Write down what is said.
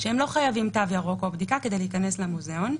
הם לא חייבים תו ירוק כדי להיכנס למוזיאון.